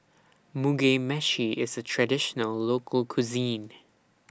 Mugi Meshi IS A Traditional Local Cuisine